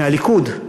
מהליכוד,